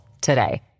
today